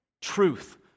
Truth